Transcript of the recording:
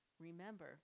Remember